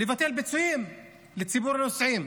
לבטל פיצויים לציבור הנוסעים.